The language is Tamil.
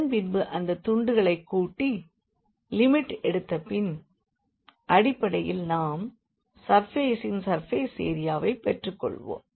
அதன்பின்பு அந்த துண்டுகளை கூட்டி லிமிட்டை எடுத்த பின்னர் அடிப்படையில் நாம் சர்ஃபேசின் சர்ஃபேஸ் எரியாவை பெற்றுக்கொள்வோம்